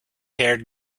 haired